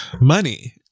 money